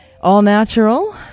all-natural